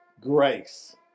grace